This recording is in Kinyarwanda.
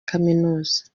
kaminuza